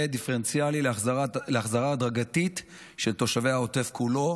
דיפרנציאלי להחזרה הדרגתית של תושבי העוטף כולו,